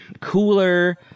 Cooler